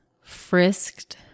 frisked